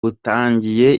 batangiye